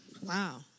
Wow